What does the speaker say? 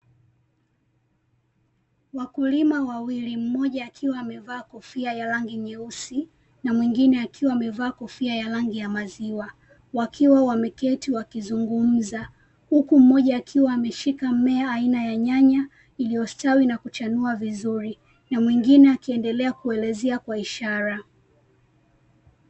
Wakulima wawili, mmoja akiwa amevaa kofia ya rangi ya nyeusi na mwingine akiwa amevaa kofia ya rangi ya maziwa wakiwa wameketi wakizungumza huku mmoja akiwa ameshika mmea aina ya nyanya iliyostawi na kuchanua vizuri na mwingine akiendelea kuelezea kwa ishara.